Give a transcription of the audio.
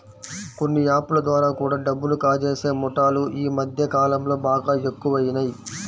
కొన్ని యాప్ ల ద్వారా కూడా డబ్బుని కాజేసే ముఠాలు యీ మద్దె కాలంలో బాగా ఎక్కువయినియ్